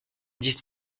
dix